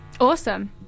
Awesome